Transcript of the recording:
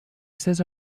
says